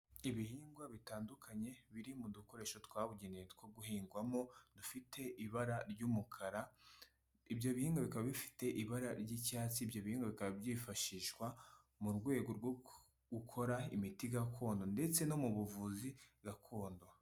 Ibihingwa bitandukanye, biri mu dukoresho twabugenewe two guhingwamo, dufite ibara ry'umukara, ibyo bihingwa bikaba bifite ibara ry'icyatsi, ibyo bikaba byifashishwa mu rwego rwo gukora imiti gakondo ndetse no mu buvuzi gakondo.